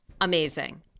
amazing